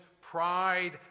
pride